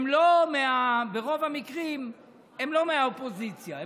ברוב המקרים הם לא מהאופוזיציה,